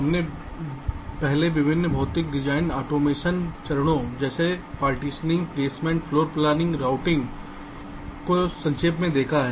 इसलिए संक्षेप में हमने पहले विभिन्न भौतिक डिजाइन ऑटोमेशन चरणों जैसे विभाजन प्लेसमेंट फ्लोरप्लनिंग रूटिंग और इसी तरह देखा है